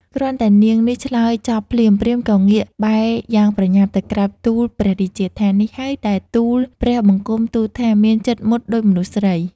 គ្រាន់តែនាងនេះឆ្លើយចប់ភ្លាម ព្រាហ្មណ៍ក៏ងាកបែរយ៉ាងប្រញាប់ ទៅក្រាបទូលព្រះរាជាថា នេះហើយដែលទូលព្រះបង្គំទូលថា មានចិត្តមុតដូចមនុស្សស្រី ។